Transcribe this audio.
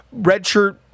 Redshirt